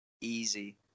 Easy